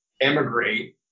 emigrate